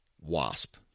Wasp